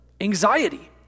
anxiety